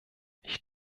ich